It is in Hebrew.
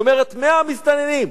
היא אומרת, 100 מסתננים.